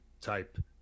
type